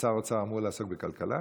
ושר האוצר אמור לעסוק בכלכלה,